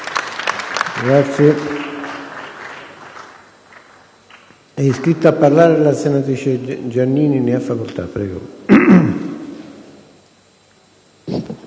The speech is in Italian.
Grazie